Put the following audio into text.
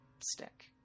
stick